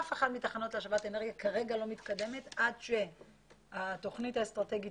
אף אחת מתחנות להשבת אנרגיה כרגע לא מתקדמת עד שהתוכנית האסטרטגית